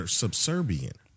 subservient